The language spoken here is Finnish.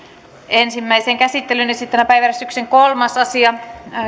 ensimmäiseen käsittelyyn esitellään päiväjärjestyksen kolmas asia